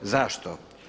Zašto?